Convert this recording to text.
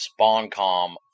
SpawnCom